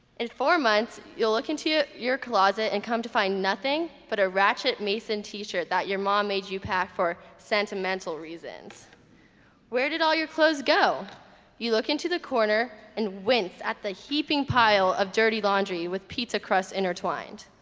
in four months you'll look into your closet and come to find nothing but a ratchet mason t-shirt that your mom made you pack for sentimental reasons where did all your clothes go you look into the corner and wince at the heaping pile of dirty laundry with pizza crusts intertwined?